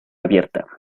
abierta